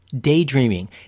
daydreaming